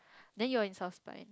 then you are in